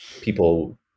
people